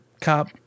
cop